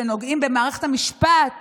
שנוגעים במערכת המשפט